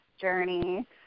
journey